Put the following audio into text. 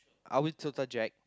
I will total Jack